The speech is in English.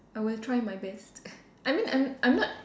I will try my best I mean I'm I'm not